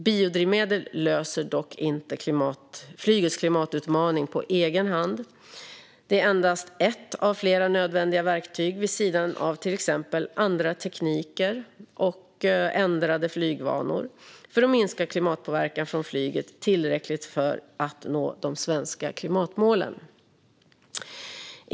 Biodrivmedel löser dock inte flygets klimatutmaning på egen hand. De är endast ett av flera nödvändiga verktyg, vid sidan av till exempel andra tekniker och ändrade flygvanor, för att minska klimatpåverkan från flyget tillräckligt mycket för att nå de svenska klimatmålen.